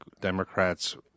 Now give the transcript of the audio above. Democrats